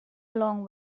along